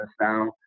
now